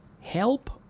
help